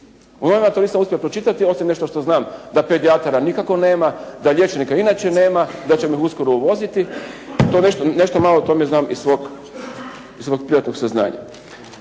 U novinama ja to nisam uspio pročitati, osim nešto što znam, da pedijatara nikako nema, da liječnika inače nema, da ćemo ih uskoro uvoziti, to nešto malo o tome znam iz svog privatnog saznanja.